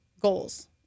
goals